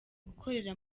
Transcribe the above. gukorera